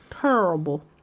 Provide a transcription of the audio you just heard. Terrible